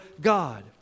God